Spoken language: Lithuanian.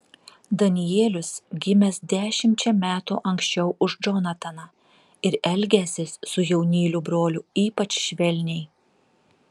danielius gimęs dešimčia metų anksčiau už džonataną ir elgęsis su jaunyliu broliu ypač švelniai